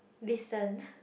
listen